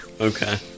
okay